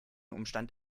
umstand